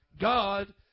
God